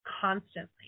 constantly